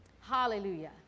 hallelujah